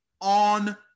on